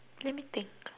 let me think